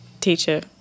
teacher